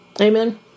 Amen